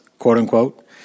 quote-unquote